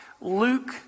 Luke